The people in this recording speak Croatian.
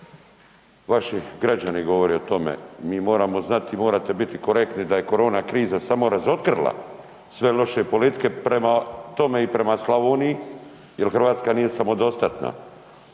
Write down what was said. vaši građani govore o tome, mi moramo znati i morate biti korektni da je korona kriza samo razotkrila sve loše politike prema tome i prema Slavoniji jel Hrvatska nije samodostatna.